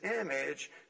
image